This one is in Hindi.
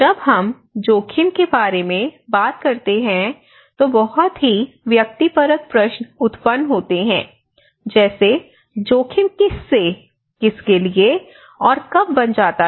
जब हम जोखिम के बारे में बात करते हैं तो बहुत ही व्यक्तिपरक प्रश्न उत्पन्न होते हैं जैसे जोखिम किससे किसके लिएऔर कब बन जाता है